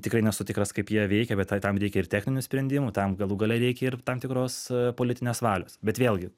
tikrai nesu tikras kaip jie veikia bet tam reikia ir techninių sprendimų tam galų gale reikia ir tam tikros politinės valios bet vėlgi